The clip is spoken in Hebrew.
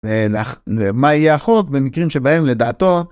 ומה יהיה החוק, במקרים שבהם לדעתו?